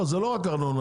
זה לא רק ארנונה.